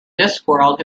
discworld